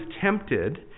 tempted